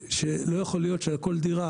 לא יכול להיות שעל כל דירה